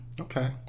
Okay